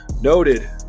noted